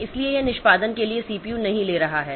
इसलिए यह निष्पादन के लिए सीपीयू नहीं ले रहा है